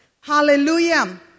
Hallelujah